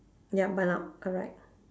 ya bun up correct